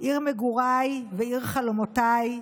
עיר מגוריי ועיר חלומותיי,